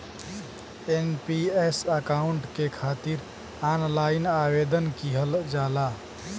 NPS account के खातिर online आवेदन किहल जाला